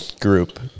group